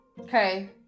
Okay